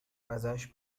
ازش